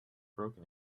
broken